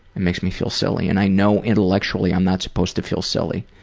it makes me feel silly and i know intellectually i'm not supposed to feel silly.